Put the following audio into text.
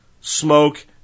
smoke